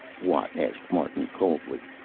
watt asked martin coldly.